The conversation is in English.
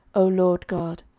o lord god.